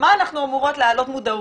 למה אנחנו אמורות להעלות מודעות?